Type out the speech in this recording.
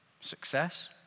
Success